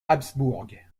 habsbourg